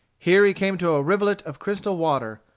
here he came to a rivulet of crystal water,